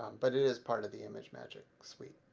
but it is part of the imagemagick suite.